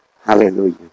Hallelujah